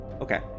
Okay